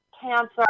cancer